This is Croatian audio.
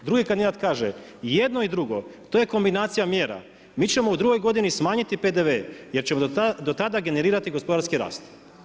Drugi kandidat kaže i jedino i drugo, to je kombinacija mjera, mi ćemo u drugoj godini smanjiti PDV jer ćemo do tada generirati gospodarski rast.